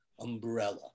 umbrella